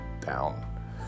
down